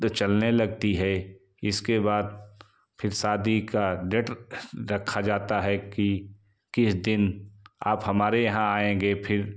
चलने लगती है इसके बाद फिर शादी का डेट रखा जाता है कि किस दिन आप हमारे यहाँ आएँगे फिर